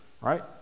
right